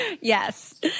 Yes